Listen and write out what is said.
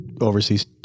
overseas